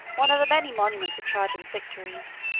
one of the many monuments of trajan's victories.